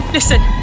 Listen